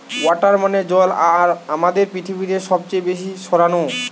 water মানে জল আর আমাদের পৃথিবীতে সবচে বেশি ছড়ানো